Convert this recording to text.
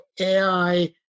AI